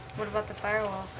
what about the firewall?